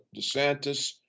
DeSantis